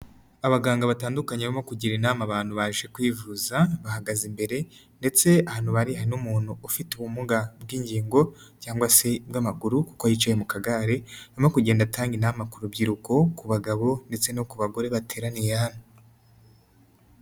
Abaganga batandukanye barimo kugira inama abantu baje kwivuza, bahagaze imbere ndetse ahantu bari hari n'umuntu ufite ubumuga bw'ingingo cyangwa sebw'amaguru kuko yicaye mu kagare, arimo kugenda atanga inama ku rubyiruko, ku bagabo ndetse no ku bagore bateraniye hano.